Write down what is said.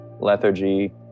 lethargy